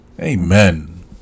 Amen